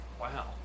Wow